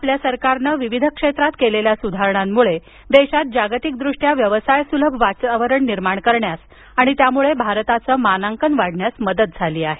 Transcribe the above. आपल्या सरकारनं विविध क्षेत्रात केलेल्या सुधारणांमुळे देशात जागतिकदृष्ट्या व्यवसायसुलभ वातावरण निर्माण करण्यास आणि त्यामुळे भारताचं मानांकन वाढण्यास मदत झाली आहे